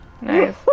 Nice